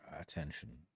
attention